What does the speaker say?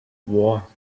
war